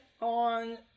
on